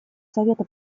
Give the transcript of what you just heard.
совета